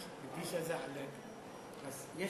יש